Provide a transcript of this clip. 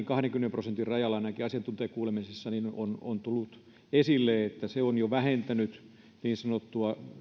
kahdenkymmenen prosentinkin raja ainakin asiantuntijakuulemisissa on on tullut esille on jo vähentänyt niin sanottua